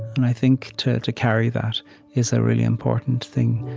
and i think to to carry that is a really important thing.